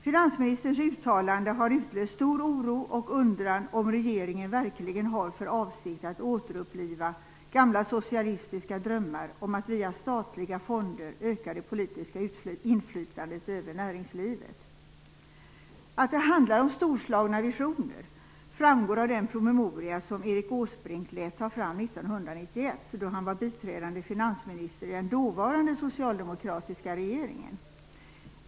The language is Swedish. Finansministerns uttalande har utlöst stor oro och undran vad gäller om regeringen verkligen har för avsikt att återuppliva gamla socialistiska drömmar om att via statliga fonder öka det politiska inflytandet över näringslivet. Att det handlar om storslagna visioner framgår av den promemoria som Erik Åsbrink lät ta fram 1991, då han var biträdande finansminister i den dåvarande socialdemokratiska regeringen.